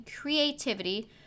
creativity